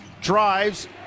drives